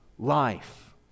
life